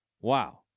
Wow